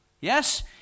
Yes